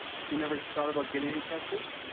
so you never thought about getting any tattoos?